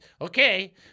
okay